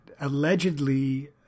allegedly